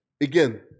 Again